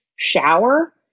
shower